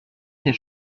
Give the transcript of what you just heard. ses